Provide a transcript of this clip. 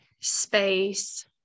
space